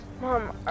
Mom